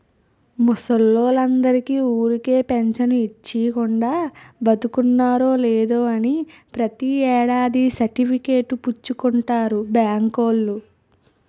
ముసలోల్లందరికీ ఊరికే పెంచను ఇచ్చీకుండా, బతికున్నారో లేదో అని ప్రతి ఏడాది సర్టిఫికేట్ పుచ్చుకుంటారు బాంకోల్లు